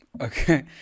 Okay